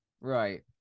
right